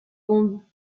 bombes